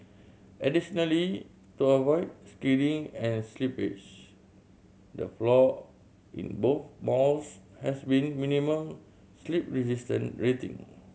additionally to avoid skidding and slippage the floor in both malls has been minimum slip resistance rating